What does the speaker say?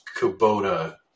Kubota